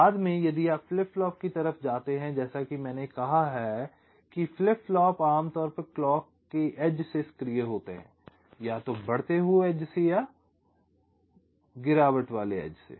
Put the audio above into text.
बाद में यदि आप फ्लिप फ्लॉप की तरफ जाते हैं जैसा कि मैंने कहा कि फ्लिप फ्लॉप आमतौर पर क्लॉक के एज से सक्रिय होते हैं या तो बढ़ते हुए एज से या गिरावट वाले एज से